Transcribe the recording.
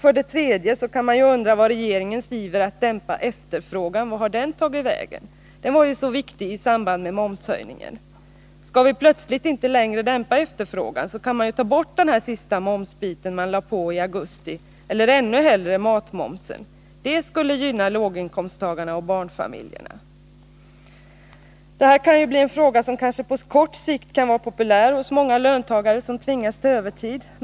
För det tredje kan man undra vart regeringens iver att dämpa efterfrågan har tagit vägen. Det var ju så viktigt i samband med momshöjningen. Skall vi plötsligt inte längre dämpa efterfrågan, kan man ju ta bort den sista momsbiten som man lade på i augusti eller, ännu hellre, ta bort matmomsen. Det skulle gynna låginkomsttagarna och barnfamiljerna. Det gäller här en åtgärd som kanske på kort sikt kan vara populär hos många löntagare som tvingas till övertid.